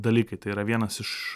dalykai tai yra vienas iš